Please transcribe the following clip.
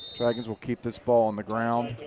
dragons will keep this ball on the ground.